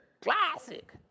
Classic